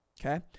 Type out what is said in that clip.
Okay